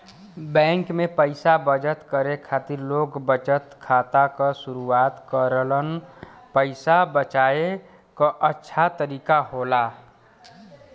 bank में पइसा बचत करे खातिर लोग बचत खाता क शुरआत करलन पइसा बचाये क अच्छा तरीका होला